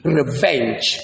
revenge